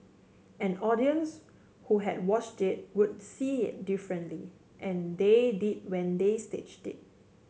an audience who had watched it would see it differently and they did when they staged it